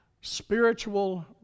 spiritual